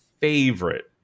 favorite